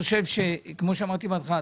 כמו שאמרתי בהתחלה,